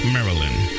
Maryland